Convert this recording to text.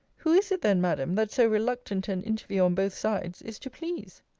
who is it, then, madam, that so reluctant an interview on both sides, is to please?